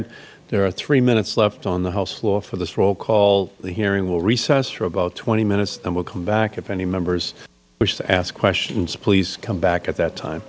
expired there are three minutes left on the house floor for this roll call the hearing will recess for about twenty minutes and we will come back if any members wish to ask questions please come back at that time